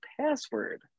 password